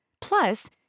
Plus